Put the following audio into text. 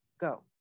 Go